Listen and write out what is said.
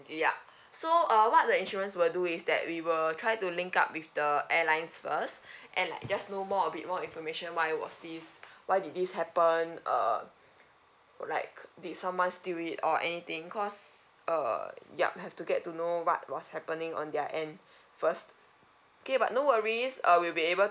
yup so uh what the insurance will do is that we will try to link up with the airlines first and like just know more a bit more information why it was this why did this happen uh like did someone steal it or anything cause err yup have to get to know what was happening on their end first okay but no worries uh we'll be able